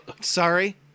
Sorry